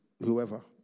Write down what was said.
whoever